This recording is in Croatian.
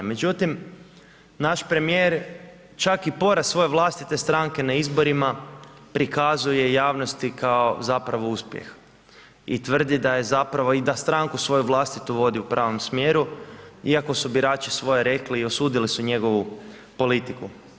Međutim, naš premijer čak i poraz svoje vlastite stranke na izborima prikazuje javnosti kao zapravo uspjeh i tvrdi da je zapravo i da stranku svoju vlastitu vodi u pravom smjeru, iako su birači svoje rekli i osudili su njegovu politiku.